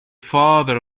father